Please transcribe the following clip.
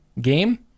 game